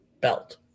belt